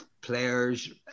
players